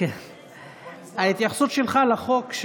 ההתייחסות שלך לחוק,